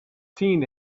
seen